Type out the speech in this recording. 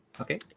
okay